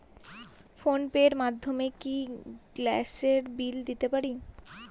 Phone pay র মাধ্যমে কি গ্যাসের বিল দিতে পারি?